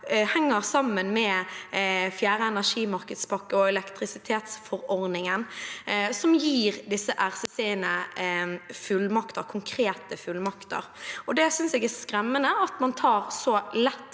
henger sammen med fjerde energimarkedspakke og elektrisitetsforordningen, som gir disse RCC-ene konkrete fullmakter. Det synes jeg det er skremmende at man tar så lett